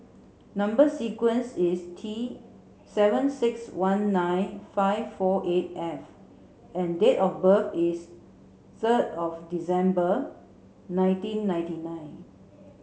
number sequence is T seven six one nine five four eight F and date of birth is third of December nineteen ninety nine